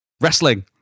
Wrestling